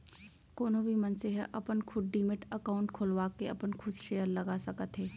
कोनो भी मनसे ह अपन खुद डीमैट अकाउंड खोलवाके अपन खुद सेयर लगा सकत हे